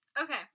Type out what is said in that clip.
Okay